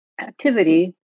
activity